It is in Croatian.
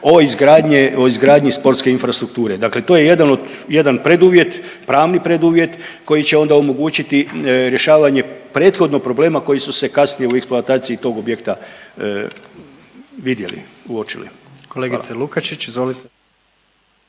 o izgradnji sportske infrastrukture. Dakle, to je jedan od, jedan preduvjet, pravni preduvjet koji će onda omogućiti rješavanje prethodno problema koji su se kasnije u eksploataciji tog objekta vidjeli, uočili.